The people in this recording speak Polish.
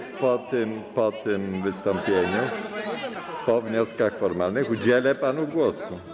Na końcu, po tym wystąpieniu, po wnioskach formalnych udzielę panu głosu.